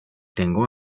tengo